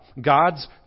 God's